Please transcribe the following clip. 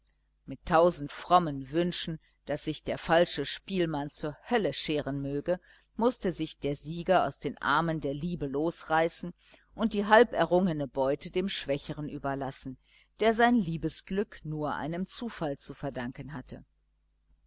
mit tausend frommen wünschen daß sich der falsche spielmann zur hölle scheren möge mußte sich der sieger aus den armen der liebe losreißen und die halberrungene beute dem schwächeren überlassen der sein liebesglück nur einem zufall zu verdanken hatte